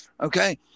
Okay